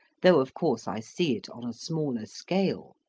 though of course i see it on a smaller scale.